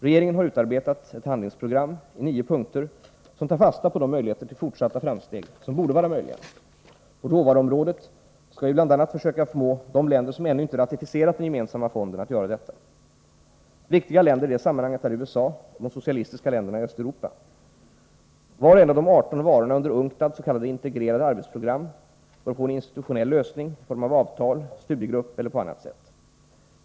Regeringen har utarbetat ett handlingsprogram i nio punkter, som tar fasta på de möjligheter till fortsatta framsteg som borde vara möjliga. På råvaruområdet skall vi bl.a. söka förmå de länder som ännu inte har ratificerat den gemensamma fonden att göra detta. Viktiga länder i detta sammanhang är USA och de socialistiska länderna i Östeuropa. Var och en av de 18 varorna under UNCTAD:ss.k. integrerade arbetsprogram bör få en institutionell lösning i form av avtal, studiegrupp eller på annat sätt.